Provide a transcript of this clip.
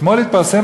אתמול התפרסם,